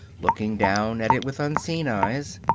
looking down at it with unseeing eyes.